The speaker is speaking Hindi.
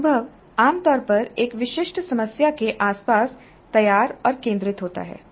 अनुभव आमतौर पर एक विशिष्ट समस्या के आसपास तैयार और केंद्रित होता है